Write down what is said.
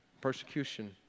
Persecution